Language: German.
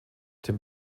tim